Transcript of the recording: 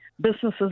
businesses